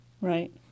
Right